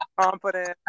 confident